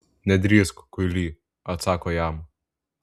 nedrįsk kuily atsako jam